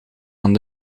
aan